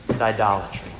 idolatry